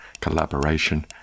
collaboration